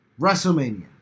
WrestleMania